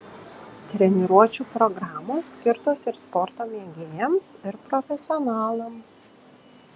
treniruočių programos skirtos ir sporto mėgėjams ir profesionalams